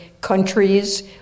countries